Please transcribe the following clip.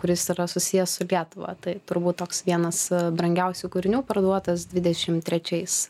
kuris yra susijęs su lietuva tai turbūt toks vienas brangiausių kūrinių parduotas dvidešim trečiais